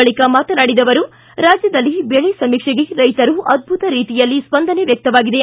ಬಳಕ ಮಾತನಾಡಿದ ಅವರು ರಾಜ್ಯದಲ್ಲಿ ಬೆಳೆ ಸಮೀಕ್ಷೆಗೆ ರೈತರು ಅದ್ದುತ ರೀತಿಯಲ್ಲಿ ಸ್ವಂದನೆ ವ್ಯಕ್ತವಾಗಿದೆ